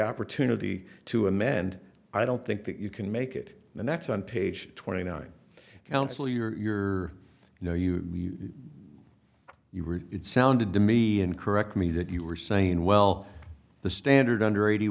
opportunity to amend i don't think that you can make it and that's on page twenty nine counsel your you know you you were it sounded to me and correct me that you were saying well the standard under eighty